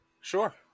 Sure